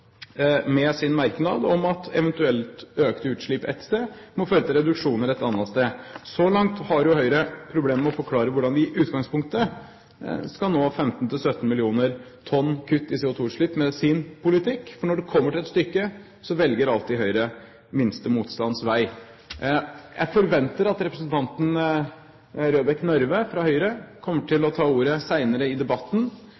med at Høyre mener alvor med sin merknad om at eventuelt økte utslipp ett sted må føre til reduksjoner et annet sted. Så langt har jo Høyre problemer med å forklare hvordan vi i utgangspunktet skal nå 15–17 mill. tonn kutt i CO2-utslipp med sin politikk, for når det kommer til stykket, velger alltid Høyre minste motstands vei. Jeg forventer at representanten Røbekk Nørve fra Høyre kommer